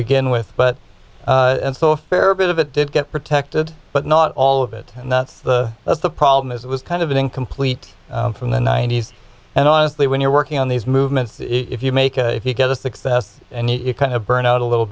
begin with but and so a fair bit of it did get protected but not all of it and that's the that's the problem is it was kind of an incomplete from the ninety's and honestly when you're working on these movements if you make a if you get a success and you kind of burn out a little